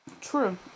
true